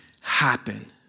happen